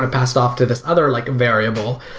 to pass it off to this other like variable,